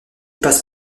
passe